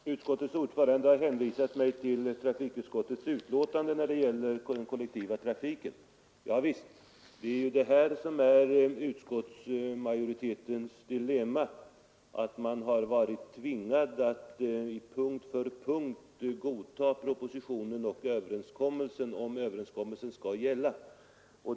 Herr talman! Utskottets ordförande har när det gäller kollektivtrafiken hänvisat mig till trafikutskottets betänkande. Ja visst, det är ju detta som är utskottsmajoritetens dilemma att man har varit tvingad att punkt för punkt godta propositionen, om överenskommelsen skall gälla.